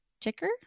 Ticker